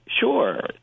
sure